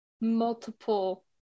multiple